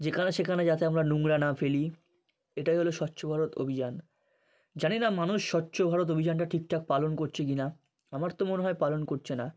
যেখানে সেখানে যাতে আমরা নোংরা না ফেলি এটাই হলো স্বচ্ছ ভারত অভিযান জানি না মানুষ স্বচ্ছ ভারত অভিযানটা ঠিক ঠাক পালন করছে কিনা আমার তো মনে হয় পালন করছে না